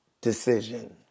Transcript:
decision